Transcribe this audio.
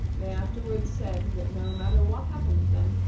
they afterward said that no matter what happened to them,